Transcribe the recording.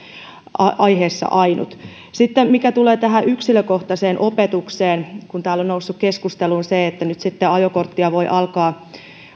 aiheessa ainut sitten mitä tulee tähän yksilökohtaiseen opetukseen kun täällä on noussut keskusteluun se että nyt sitten ajokorttia voi alkaa